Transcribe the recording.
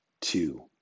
two